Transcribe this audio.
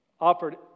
offered